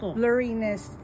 blurriness